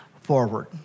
forward